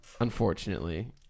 Unfortunately